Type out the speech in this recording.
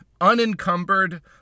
Unencumbered